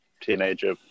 Teenager